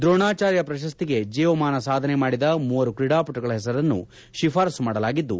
ದ್ರೋಣಾಚಾರ್ಯ ಪ್ರಶಸ್ತಿಗೆ ಜೀವಮಾನ ಸಾಧನೆ ಮಾಡಿದ ಮೂವರು ಕ್ರೀಡಾಪಟುಗಳ ಹೆಸರನ್ನು ಆಯ್ಕೆ ಮಾಡಲಾಗಿದ್ದು